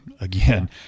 Again